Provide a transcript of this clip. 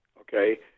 okay